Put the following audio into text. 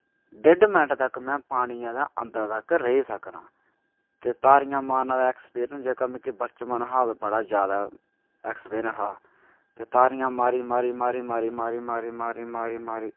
डेढ मिन्ट तक्कर में पानियै दे अंदर तक्कर रेही सकनां ते तारियां मारने दा ऐक्सपीरियंस जेह्का मिकी बचपन शा बड़ा जैदा ऐ ऐक्सपिरीयंस हा ते तारियां मारी मारी मारी मारी मारी मारी मारी मारी मारी मारी